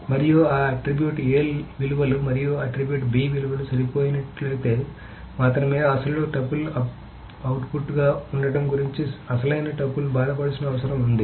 మరియు ఆ attribute A విలువలు మరియు ఆట్రిబ్యూట్ B విలువలు సరిపోలుతున్నట్లయితే మాత్రమే అసలు టపుల్ అవుట్పుట్గా ఉండటం గురించి అసలైన టపుల్ బాధపడాల్సిన అవసరం ఉంది